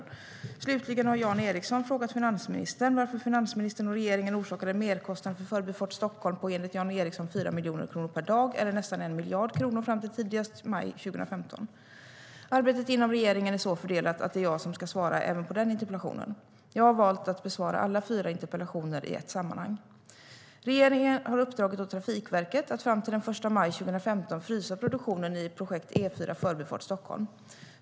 Regeringen har uppdragit åt Trafikverket att fram till den 1 maj 2015 frysa produktionen i projekt E4 Förbifart Stockholm.